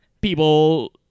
people